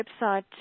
website